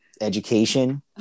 education